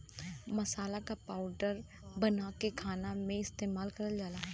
मसाला क पाउडर बनाके खाना में इस्तेमाल करल जाला